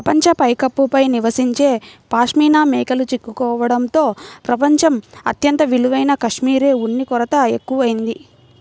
ప్రపంచ పైకప్పు పై నివసించే పాష్మినా మేకలు చిక్కుకోవడంతో ప్రపంచం అత్యంత విలువైన కష్మెరె ఉన్ని కొరత ఎక్కువయింది